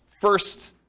first